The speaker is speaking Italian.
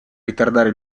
ritardare